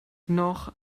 noch